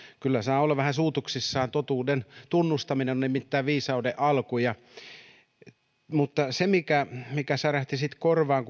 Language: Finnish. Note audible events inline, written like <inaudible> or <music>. kyllä saa olla vähän suutuksissaan totuuden tunnustaminen on nimittäin viisauden alku mutta sitten särähti korvaan <unintelligible>